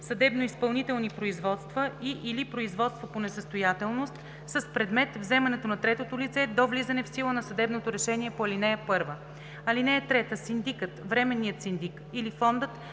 съдебно-изпълнителни производства и/или производства по несъстоятелност, с предмет вземането на третото лице, до влизане в сила на съдебното решение по ал. 1. (3) Синдикът, временният синдик или фондът